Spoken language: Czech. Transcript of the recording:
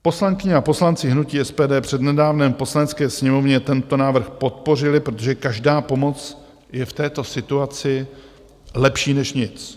Poslankyně a poslanci hnutí SPD před nedávnem v Poslanecké sněmovně tento návrh podpořili, protože každá pomoc je v této situaci lepší než nic.